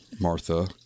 Martha